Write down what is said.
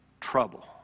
trouble